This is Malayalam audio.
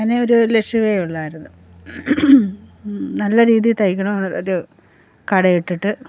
അങ്ങനൊരു ലക്ഷ്യമേ ഉള്ളായിരുന്നു നല്ല രീതി തയ്ക്കണമെന്നൊരു കടയിട്ടിട്ട്